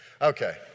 Okay